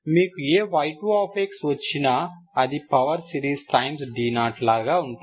మీకు ఏ y2 వచ్చినా అది పవర్ సిరీస్ టైమ్స్ d0 లాగా ఉంటుంది